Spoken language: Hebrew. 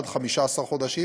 עד 15 חודשים,